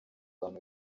abantu